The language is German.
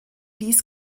dies